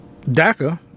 DACA